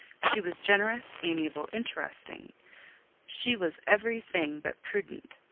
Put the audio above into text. she was generous, amiable, interesting she was everything but prudent.